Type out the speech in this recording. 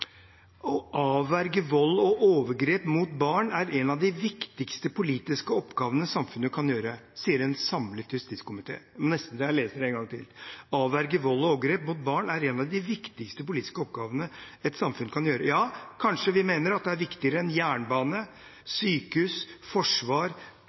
«å avverge vold og overgrep mot barn er en av de viktigste politiske oppgavene samfunnet kan gjøre». Det er nesten så jeg leser det en gang til – «å avverge vold og overgrep mot barn er en av de viktigste politiske oppgavene samfunnet kan gjøre». Ja, kanskje vi mener det er viktigere enn